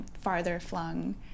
farther-flung